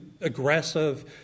aggressive